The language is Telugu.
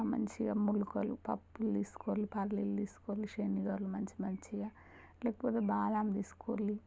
మంచిగా మొలకలు పప్పులు తీసుకోవాలి పల్లీలు తీసుకోవాలి శనగలు మంచి మంచి లేకపోతే బాదం తీసుకొండి